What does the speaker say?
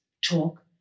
talk